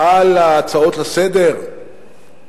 על ההצעות לסדר-היום?